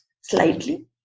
slightly